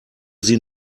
sie